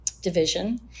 division